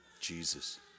Jesus